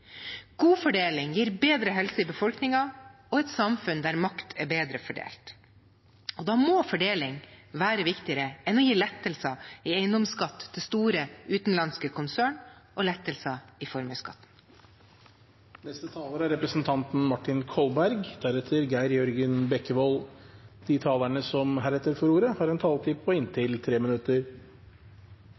God fordeling gir bedre helse i befolkningen og et samfunn der makt er bedre fordelt. Da må fordeling være viktigere enn å gi lettelser i eiendomsskatt til store utenlandske konsern og lettelser i formuesskatten. De talerne som heretter får ordet, har en taletid på inntil 3 minutter.